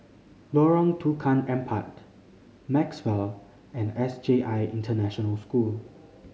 Lorong Tukang Empat Maxwell and S J I International School